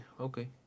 Okay